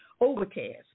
Overcast